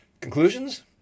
Conclusions